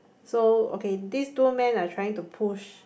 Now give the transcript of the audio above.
so okay this two men I trying to push